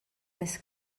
més